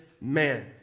man